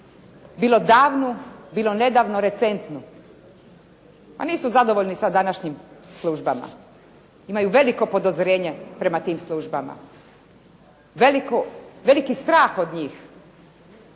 bilo davnu, bilo nedavno recentnu. A nisu zadovoljni sa današnjim službama. Imaju veliko podozrenje prema tim službama, veliki strah od njih.